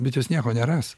bet jos nieko neras